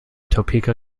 topeka